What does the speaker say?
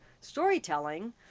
storytelling